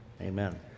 Amen